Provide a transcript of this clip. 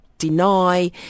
deny